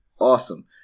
awesome